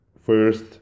first